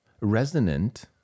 resonant